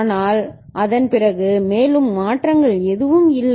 ஆனால் அதன்பிறகு மேலும் மாற்றங்கள் எதுவும் இல்லை